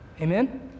amen